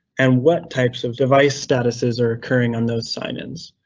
and what types of device statuses are occurring on those sign-ins.